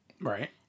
Right